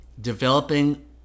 developing